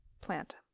plant